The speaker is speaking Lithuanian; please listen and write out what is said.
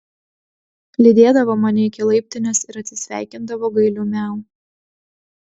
lydėdavo mane iki laiptinės ir atsisveikindavo gailiu miau